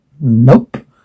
nope